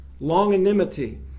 longanimity